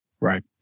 Right